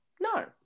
No